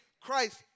Christ